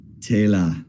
Taylor